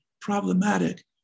problematic